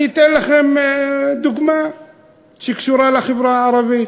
אני אתן לכם דוגמה שקשורה לחברה הערבית: